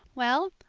well,